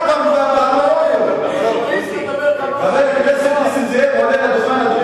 חבר הכנסת נסים זאב עולה לדוכן,